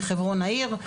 מחברון העיר,